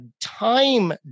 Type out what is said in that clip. time